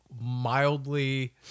mildly